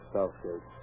Southgate